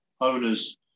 owners